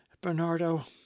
Bernardo